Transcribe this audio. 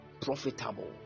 profitable